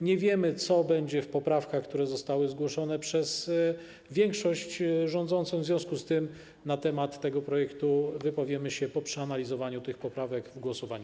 Nie wiemy, co będzie w poprawkach, które zostały zgłoszone przez większość rządzącą, w związku z czym na temat tego projektu wypowiemy się, po przeanalizowaniu tych poprawek, w głosowaniu.